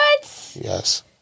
Yes